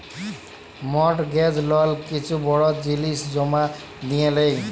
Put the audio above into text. mortgage লল কিছু বড় জিলিস জমা দিঁয়ে লেই